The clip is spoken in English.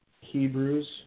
Hebrews